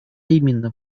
именно